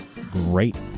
great